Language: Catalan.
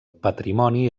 patrimoni